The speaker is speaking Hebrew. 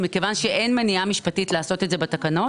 ומכיוון שאין מניעה משפטית לעשות את זה בתקנות,